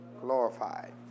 glorified